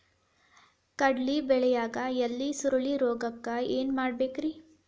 ಕಡ್ಲಿ ಬೆಳಿಯಾಗ ಎಲಿ ಸುರುಳಿರೋಗಕ್ಕ ಏನ್ ಮಾಡಬೇಕ್ರಿ?